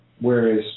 whereas